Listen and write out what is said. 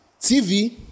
TV